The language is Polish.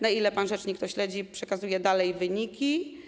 Na ile pan rzecznik to śledzi i przekazuje dalej wyniki?